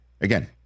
Again